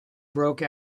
broke